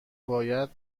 باید